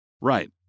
Right